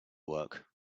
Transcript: work